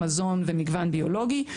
מזון ומגוון ביולוגי,